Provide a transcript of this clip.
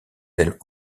ailes